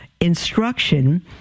Instruction